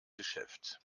geschäft